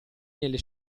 nelle